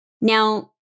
Now